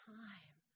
time